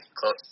Close